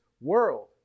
world